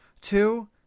Two